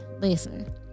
listen